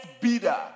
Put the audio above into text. bidder